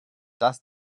dass